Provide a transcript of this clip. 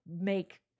make